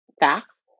facts